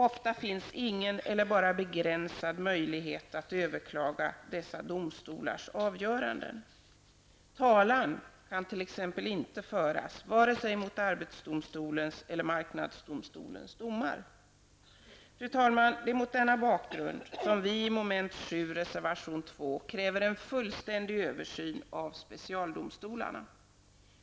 Ofta finns ingen eller bara begränsad möjlighet att överklaga dessa domstolars avgöranden. Talan kan t.ex. inte föras vare sig mot arbetsdomstolens eller marknadsdomstolens dommar. Fru talman! Det är mot denna bakgrund som vi i mom. 7, reservation 2 kräver en fullständig översyn av specialdomstolarna.